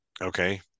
Okay